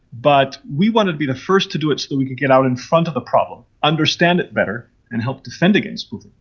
but we want to be the first to do it so that we could get out in front of the problem, understand it better and help defend against spoofing.